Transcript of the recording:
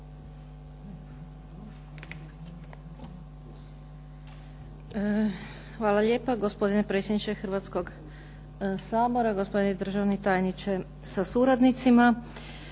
Ivo (HDZ)** Poštovani predsjedniče Hrvatskog sabora, poštovani državni tajniče sa suradnicima,